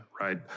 right